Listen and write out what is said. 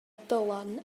dylan